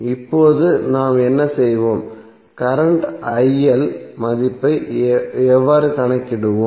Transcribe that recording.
இப்போது நாம் என்ன செய்வோம் கரண்ட் மதிப்பை எவ்வாறு கணக்கிடுவோம்